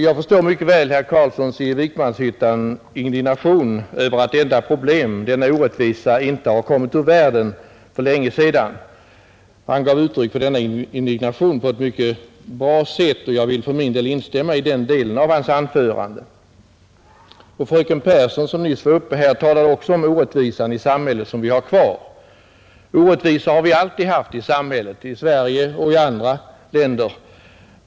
Jag förstår mycket väl herr Carlssons i Vikmanshyttan indignation över att detta problem, denna orättvisa inte har kommit ur världen för länge sedan. Han gav uttryck för denna indignation på ett mycket bra 61 sätt, och jag vill för min del instämma i den delen av hans anförande. Fröken Pehrsson, som nyss var uppe här, talade också om den orättvisa i samhället som vi har kvar. Orättvisor har alltid funnits i samhället — i Sverige och i andra länder.